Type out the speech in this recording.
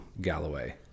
Galloway